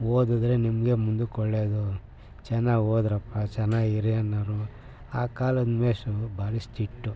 ಓದಿದರೆ ನಿಮಗೆ ಮುಂದಕ್ಕೆ ಒಳ್ಳೆಯದು ಚೆನ್ನಾಗಿ ಓದಿರಪ್ಪ ಚೆನ್ನಾಗಿ ಇರಿ ಅನ್ನೋರು ಆ ಕಾಲದ ಮೇಷ್ಟ್ರು ಭಾರಿ ಸ್ಟಿಕ್ಟು